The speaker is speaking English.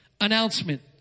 announcement